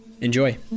enjoy